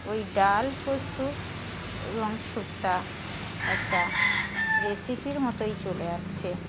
ওই ডাল পোস্ত এবং শুক্তো একটা রেসিপির মতোই চলে আসছে